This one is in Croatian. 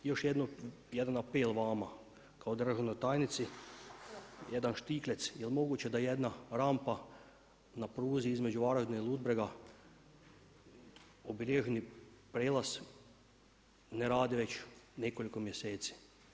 Još jedan apel vama kao državnoj tajnici, jedan štiklec, jel moguće da jedna rampa na pruzi između Varaždina i Ludbrega obilježeni prijelaz ne radi već nekoliko mjeseci?